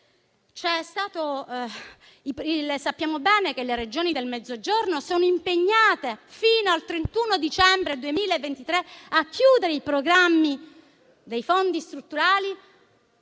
Sappiamo bene che le Regioni del Mezzogiorno sono impegnate fino al 31 dicembre 2023 a chiudere i programmi dei fondi strutturali